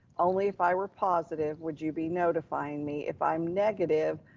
only if i were positive, would you be notifying me, if i'm negative,